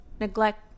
Neglect